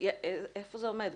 איפה זה עומד?